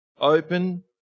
open